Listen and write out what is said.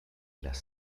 las